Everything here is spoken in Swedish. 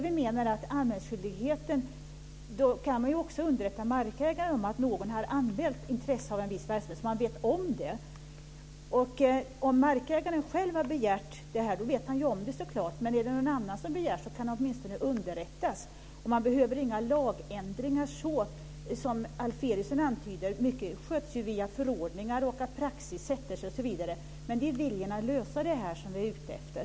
Vi menar att då kan man också underrätta markägaren om att någon har anmält intresse av en viss verksamhet, så att markägaren vet om det. Om markägaren själv har gjort en sådan begäran vet han så klart om det, men om det är någon annan som gör det borde markägaren åtminstone underrättas. Det behövs inga lagändringar såsom Alf Eriksson antyder, för mycket sköts ju via förordningar, praxis osv. Men det är viljan att lösa det här som vi är ute efter.